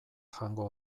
jango